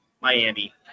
Miami